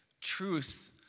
truth